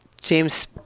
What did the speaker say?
James